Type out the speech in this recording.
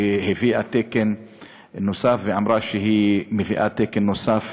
שהביאה תקן נוסף ואמרה שהיא מביאה תקן נוסף